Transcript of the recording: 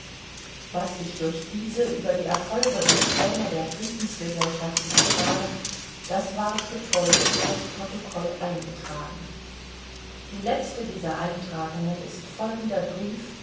was ich durch diese über die erfolge und pläne der friedensgesellschaften erfahren das ward getreulich in das protokoll eingetragen die letzte dieser eintragungen ist folgender brief